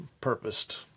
purposed